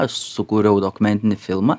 aš sukūriau dokumentinį filmą